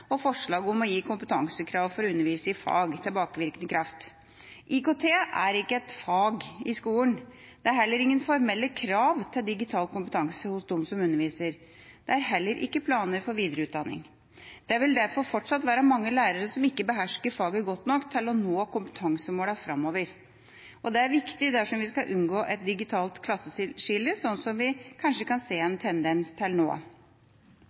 og forslag om å gi kompetansekrav for å undervise i fag tilbakevirkende kraft. IKT er ikke et fag i skolen. Det er ingen formelle krav til digital kompetanse hos dem som underviser. Det er heller ikke planer for videreutdanning. Det vil derfor fortsatt være mange lærere som ikke behersker faget godt nok til å nå kompetansemålene framover. Dette er viktig dersom vi skal unngå et digitalt klasseskille, som vi kanskje kan se en tendens til nå.